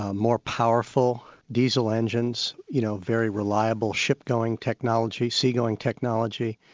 ah more powerful, diesel engines, you know, very reliable ship-going technology, sea-going technology,